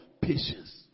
patience